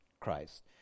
Christ